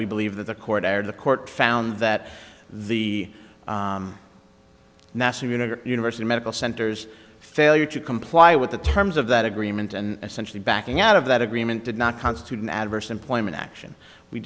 we believe that the court or the court found that the national unity university medical center's failure to comply with the terms of that agreement and essential backing out of that agreement did not constitute an adverse employment action we